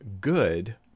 good